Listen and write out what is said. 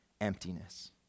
emptiness